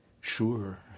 Sure